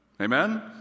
amen